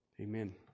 Amen